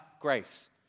grace